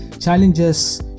challenges